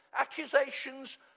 accusations